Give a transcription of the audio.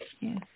Yes